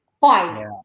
fine